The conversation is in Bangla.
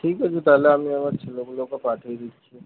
ঠিক আছে তাহলে আমি একবার ছেলেগুলোকে পাঠিয়ে দিচ্ছি